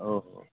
اوہو